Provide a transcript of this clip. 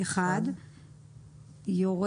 יורה